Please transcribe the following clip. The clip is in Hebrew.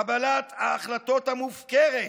קבלת ההחלטות המופקרת